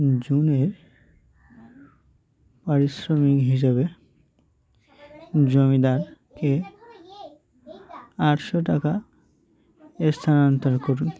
জনের পারিশ্রমিক হিসোবে জমিদারকে আটশো টাকা স্থানান্তর করুন